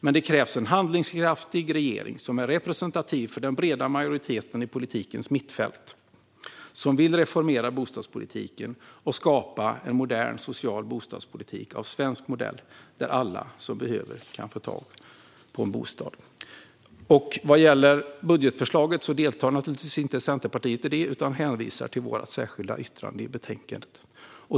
Men det krävs en handlingskraftig regering som är representativ för den breda majoriteten i politikens mittfält och som vill reformera bostadspolitiken och skapa en modern social bostadspolitik av svensk modell, där alla som behöver kan få tag på en bostad. Centerpartiet deltar naturligtvis inte i beslutet om budgetförslaget, utan jag hänvisar till vårt särskilda yttrande i betänkandet.